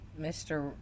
Mr